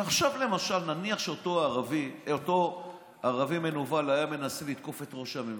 תחשוב למשל שאותו ערבי מנוול היה מנסה לתקוף את ראש הממשלה,